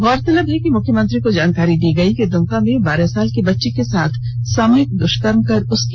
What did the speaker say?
गौरतलब है कि मुख्यमंत्री को जानकारी दी गई कि दमका में बारह साल की बच्ची के साथ सामुहिक दुष्कर्म कर हत्या कर दी गयी